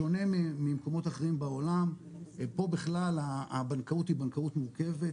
בשונה ממקומות אחרים בעולם פה בכלל הבנקאות היא בנקאות מורכבת,